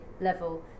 level